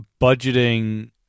budgeting